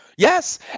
Yes